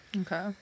Okay